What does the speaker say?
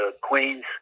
Queens